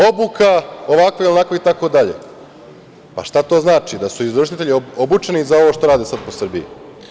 Obuka, ovako i onako, itd, šta to znači, da su izvršitelji obučeni za ovo što rade sad po Srbiji?